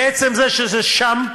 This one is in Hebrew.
עצם זה שזה שם,